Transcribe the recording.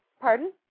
Pardon